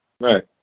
Right